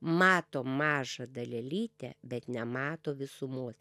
mato mažą dalelytę bet nemato visumos